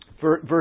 verse